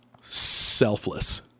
selfless